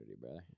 brother